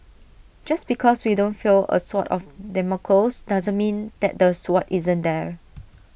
just because we don't feel A sword of Damocles doesn't mean that the sword isn't there